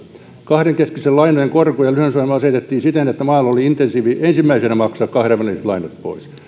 kahdenkeskisten lainojen korko ja lyhennysohjelma asetettiin siten että maalla oli insentiivi ensimmäisenä maksaa kahdenväliset lainat pois